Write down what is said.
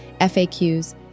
FAQs